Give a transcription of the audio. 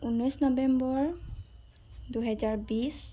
ঊনৈছ নবেম্বৰ দুহেজাৰ বিছ